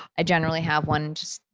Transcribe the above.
i generally have one just,